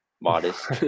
modest